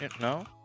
no